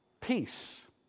Peace